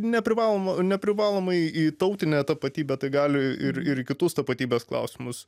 neprivaloma neprivalomai į tautinę tapatybę tai gali ir ir į kitus tapatybės klausimus